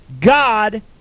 God